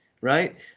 right